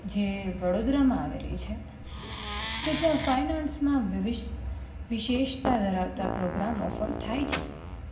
જે વડોદરામાં આવેલી છે કે જ્યાં ફાઇન આર્ટ્સમાં વિવિધ વિશેષતા ધરાવતા પ્રોગ્રામો ફક્ત થાય છે